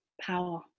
Power